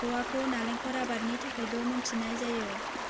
गोवाखौ नालेंखर आबादनि थाखायबो मोनथिनाय जायो